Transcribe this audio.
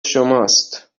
شماست